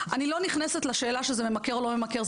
אני לא נכנסת לשאלה שזה ממכר או לא ממכר,